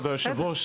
כבוד היו"ר,